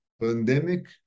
pandemic